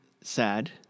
sad